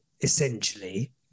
essentially